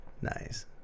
nice